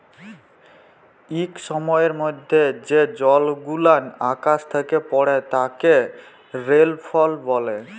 ইক সময়ের মধ্যে যে জলগুলান আকাশ থ্যাকে পড়ে তাকে রেলফল ব্যলে